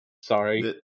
Sorry